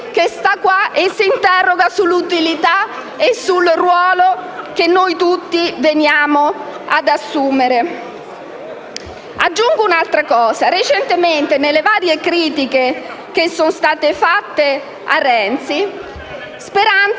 che sta qua e che si interroga sull'utilità e sul ruolo che noi tutti veniamo ad assumere. Aggiungo un'altra cosa. Recentemente, tra le varie critiche che sono state fatte a Renzi, Speranza